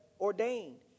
ordained